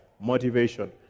Motivation